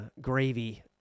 gravy